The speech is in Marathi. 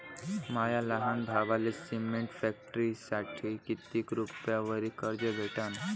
माया लहान भावाले सिमेंट फॅक्टरीसाठी कितीक रुपयावरी कर्ज भेटनं?